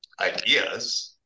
ideas